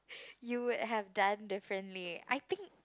you would have done differently I think